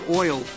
oil